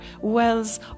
wells